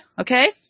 okay